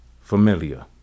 familiar